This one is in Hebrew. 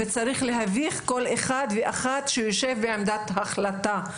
וצריך להביך כל אחד ואחת שיושב בעמדת החלטה,